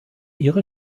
ihre